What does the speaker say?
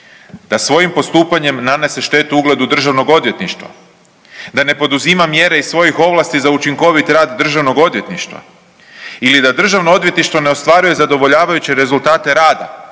da svojim postupanjem nanose štetu ugledu Državnog odvjetništva, da ne poduzima mjere iz svojih ovlasti za učinkovit rad Državnog odvjetništva ili da Državno odvjetništvo ne ostvaruje zadovoljavajuće rezultate rada